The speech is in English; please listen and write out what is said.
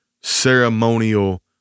ceremonial